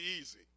easy